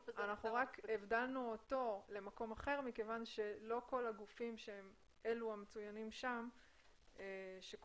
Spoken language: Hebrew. הבדלנו אותו למקום אחר מכיוון שלא כל הגופים המצוינים שם שקרויים